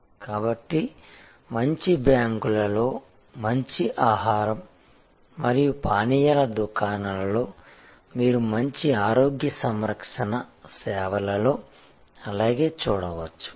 కాబట్టి మంచి బ్యాంకులలో మంచి ఆహారం మరియు పానీయాల దుకాణాలలో మీరు మంచి ఆరోగ్య సంరక్షణ సేవలలో అలాగే చూడవచ్చు